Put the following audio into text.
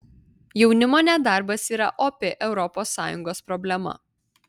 jaunimo nedarbas yra opi europos sąjungos problema